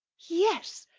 yes,